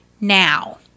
now